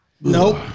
Nope